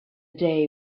day